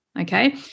okay